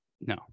No